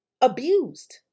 abused